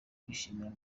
kwishimira